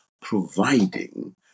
providing